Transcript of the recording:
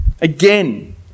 again